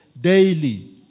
daily